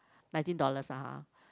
nineteen dollars ah